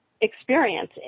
experience